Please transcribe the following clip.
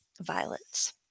violets